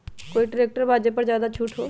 कोइ ट्रैक्टर बा जे पर ज्यादा छूट हो?